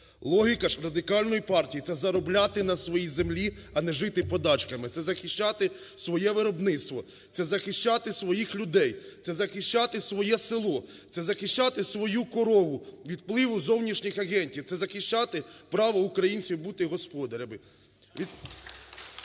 Логіка ж Радикальної партії – це заробляти на своїй землі, а не жити подачками, це захищати своє виробництво, це захищати своїх людей, це захищати своє село, це захищати свою корову від впливу зовнішніх агентів, це захищати право українців бути господарями.